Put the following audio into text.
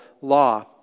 law